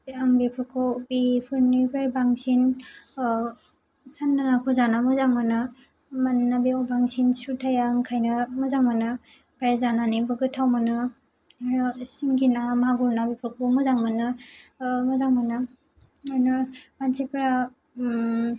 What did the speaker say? आं बेफोरखौ बेफोरनिफ्राय बांसिन चान्दा नाखौ जाना मोजां मोनो मानोना बेयाव बांसिन सु थाया ओंखायनो मोजां मोनो आमफ्राय जानानै बो गोथाव मोनो आरो सिंगि ना मागुर ना बेफोरखौबो मोजां मोनो मोजां मोनो मानसिफ्रा